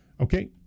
Okay